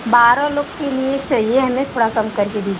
बारह लोग के लिए चाहिये हमें थोड़ा कम कर के दीजिये